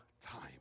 time